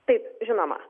taip žinoma